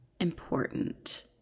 important